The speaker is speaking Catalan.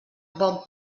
bon